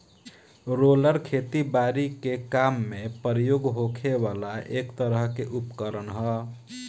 roller खेती बारी के काम में प्रयोग होखे वाला एक तरह के उपकरण ह